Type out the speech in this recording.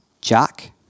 Jack